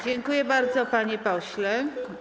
Dziękuję bardzo, panie pośle.